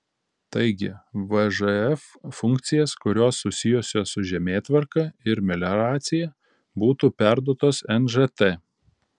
taigi vžf funkcijas kurios susijusios su žemėtvarka ir melioracija būtų perduotos nžt